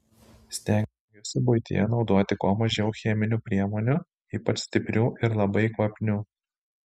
stengiuosi buityje naudoti kuo mažiau cheminių priemonių ypač stiprių ir labai kvapnių